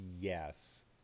Yes